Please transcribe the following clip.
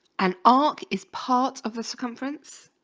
and arc is part of circumference